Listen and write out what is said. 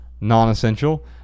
non-essential